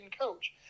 coach